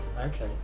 Okay